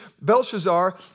Belshazzar